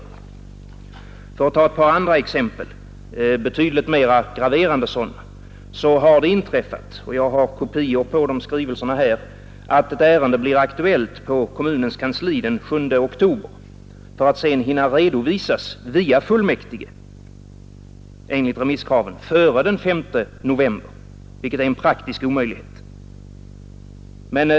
För att ta ett par andra exempel, betydligt mera graverande, har det inträffat — jag har kopior av skrivelserna här — att ett ärende blir aktuellt på kommunens kansli den 7 oktober för att enligt remisskraven hinna redovisas via fullmäktige före den 5 november, vilket är en praktisk av stort lokalt eller regionalt intresse omöjlighet.